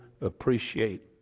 appreciate